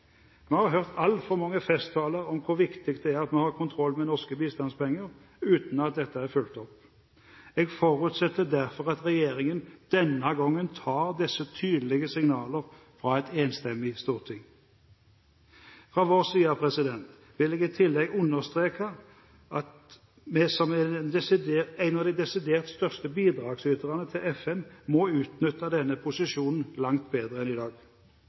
Vi har hørt altfor mange festtaler om hvor viktig det er at vi har kontroll med norske bistandspenger, uten at dette er fulgt opp. Jeg forutsetter derfor at regjeringen denne gangen tar disse tydelige signalene fra et enstemmig storting. Fra vår side vil jeg i tillegg understreke at vi – som en av de desidert største bidragsyterne til FN – må utnytte denne posisjonen langt bedre enn i dag.